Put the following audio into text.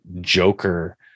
joker